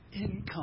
income